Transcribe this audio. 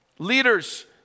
Leaders